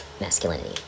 masculinity